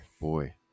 Boy